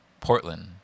Portland